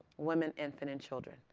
women, infant, and children,